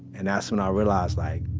and that's when i realized like,